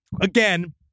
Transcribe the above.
again